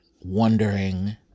wondering